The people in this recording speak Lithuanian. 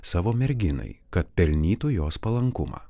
savo merginai kad pelnytų jos palankumą